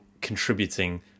contributing